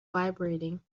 vibrating